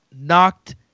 knocked